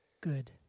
good